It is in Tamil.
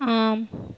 ஆம்